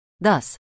Thus